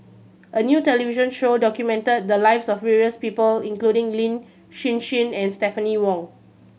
a new television show documented the lives of various people including Lin Hsin Hsin and Stephanie Wong